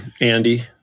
Andy